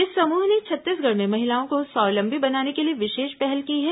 इस समूह ने छत्तीसगढ़ में महिलाओं को स्वावलंबी बनाने के लिए विशेष पहल की है